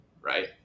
right